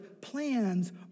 Plans